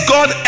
God